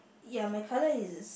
ya my colour is